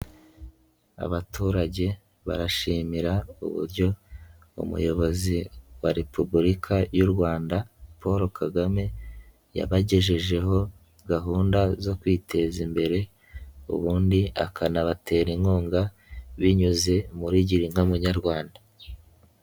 Abaturage barashimira uburyo umuyobozi wa repubulika y'u Rwanda Paul kagame yabagejejeho gahunda zo kwiteza imbere, ubundi akanabatera inkunga binyuze muri Girinka Munyarwanda.